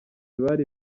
bari